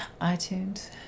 iTunes